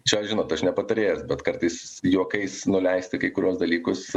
čia žinot aš ne patarėjas bet kartais juokais nuleisti kai kuriuos dalykus